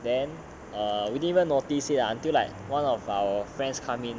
then err we didn't even notice it lah until like one of our friends come in